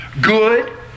good